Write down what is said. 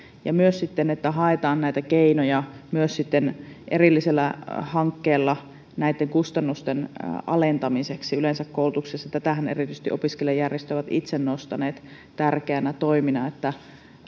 ja myös se että haetaan näitä keinoja myös erillisellä hankkeella näitten kustannusten alentamiseksi yleensä koulutuksessa tätähän erityisesti opiskelijajärjestöt ovat itse nostaneet tärkeänä toimena että